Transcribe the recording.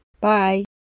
Bye